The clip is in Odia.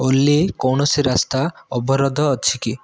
ଓଲି କୌଣସି ରାସ୍ତା ଅବରୋଧ ଅଛି କି